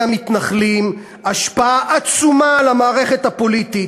המתנחלים השפעה עצומה על המערכת הפוליטית.